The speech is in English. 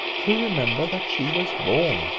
who remember that she was born.